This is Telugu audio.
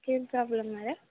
ఏం ప్రాబ్లం మ్యాడమ్